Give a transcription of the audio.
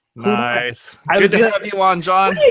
nice. good to have you on jon.